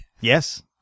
Yes